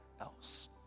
else